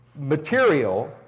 material